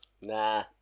Nah